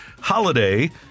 holiday